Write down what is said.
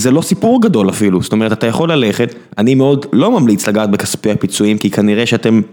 זה לא סיפור גדול אפילו, זאת אומרת אתה יכול ללכת, אני מאוד לא ממליץ לגעת בכספי הפיצויים כי כנראה שאתם...